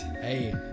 hey